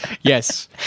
yes